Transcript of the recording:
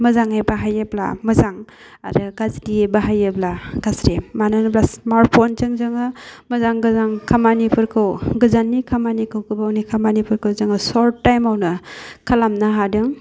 मोजाङै बाहायोब्ला मोजां आरो गाज्रियै बाहायोब्ला गाज्रि मानो होनोबा स्मार्ट फनजों जोङो मोजां गोजान खामानिफोरखौ गोजाननि खामानिखौ गोबावनि खामानिफोरखौ जोङो शर्ट टाइमावनो खालामनो हादों